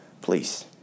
please